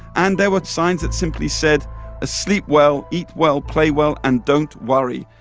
and there were signs that simply said sleep well, eat well, play well, and don't worry,